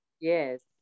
Yes